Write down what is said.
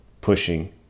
pushing